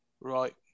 Right